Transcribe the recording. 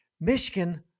Michigan